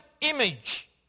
image